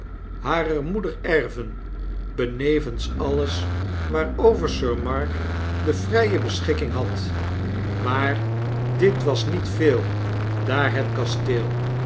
harer moeder erven benevensalleswaarover sir mark de vrije beschikking had maar dit was niet veel daar het kasteel